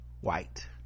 white